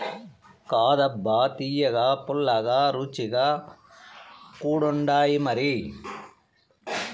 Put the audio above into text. కాదబ్బా తియ్యగా, పుల్లగా, రుచిగా కూడుండాయిమరి